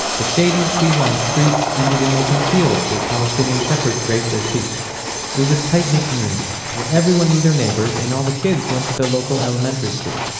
the shady, tree-lined streets ended in open fields where palestinian shepherds grazed their sheep. it was a tight-knit community where everyone knew their neighbors, and all the kids went to the local elementary school,